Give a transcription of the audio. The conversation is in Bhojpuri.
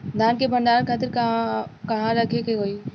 धान के भंडारन खातिर कहाँरखे के होई?